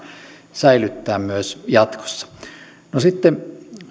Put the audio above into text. säilyttää myös jatkossa sitten